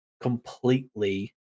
completely